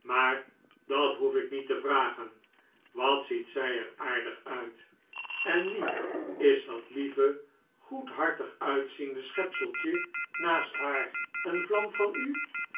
maar dat hoef ik niet te vragen wat ziet zij er aardig uit en wie is dat lieve goedhartig uitziende schepseltje naast haar een vlam van u